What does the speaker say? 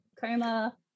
coma